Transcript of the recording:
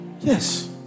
yes